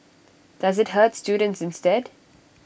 does IT hurt students instead